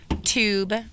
Tube